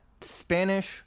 Spanish